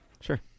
Sure